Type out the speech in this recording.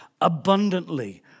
abundantly